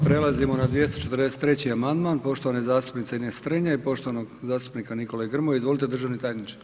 Prelazimo na 243. amandman poštovane zastupnice Ines Strenja i poštovanog zastupnika Nikole Grmoje, izvolite državni tajniče.